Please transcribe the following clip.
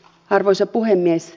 arvoisa puhemies